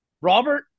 Robert